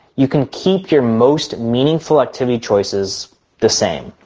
you can keep your most meaningful activity choices the same.